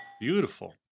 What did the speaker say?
Beautiful